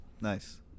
Nice